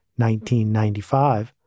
1995